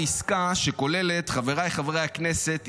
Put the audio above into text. חבריי חברי הכנסת,